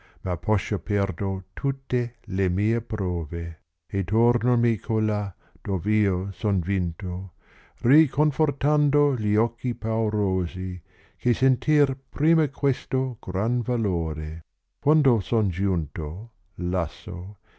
ma poscia perdo tutte le mie prove e tornomi colà dov io son vinto riconfortando gli occhi paurosi che sentir prima questo gran valore quando son giunto lasso